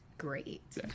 Great